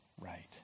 right